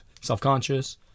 self-conscious